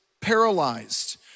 paralyzed